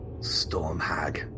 Stormhag